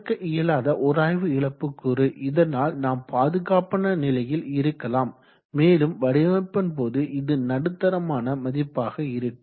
தவிர்க்க இயலாத உராய்வு இழப்பு கூறு இதனால் நாம் பாதுகாப்பான நிலையில் இருக்கலாம் மேலும் வடிவமைப்பின் போது இது நடுத்தரமான மதிப்பாக இருக்கும்